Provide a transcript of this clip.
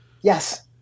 Yes